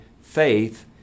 faith